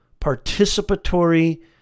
participatory